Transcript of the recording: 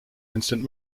instant